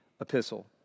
epistle